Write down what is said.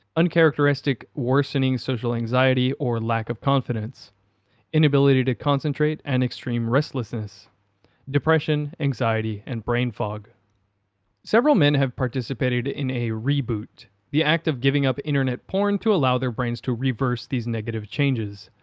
uncharacteristic, worsening social anxiety or lack of confidence inability to concentrate and extreme restlessness depression, anxiety and brain fog several men have participated in a reboot the act of giving up internet porn to allow their brains to reverse these negative changes.